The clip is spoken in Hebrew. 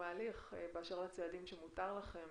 ההליך כמובן שבמסגרת הדברים שמותר לכם